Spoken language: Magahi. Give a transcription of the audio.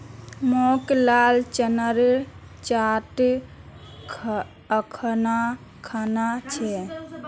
मोक लाल चनार चाट अखना खाना छ